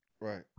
Right